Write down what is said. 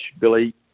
Billy